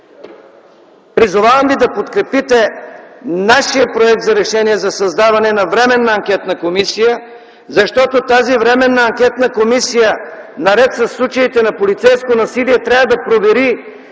призовавам да подкрепите нашия проект за Решение за създаване на Временна анкетна комисия, защото тази Временна анкетна комисия, наред със случаите на полицейско насилие, трябва да провери